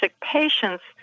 patients